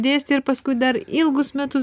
dėstė ir paskui dar ilgus metus